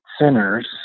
sinners